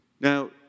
Now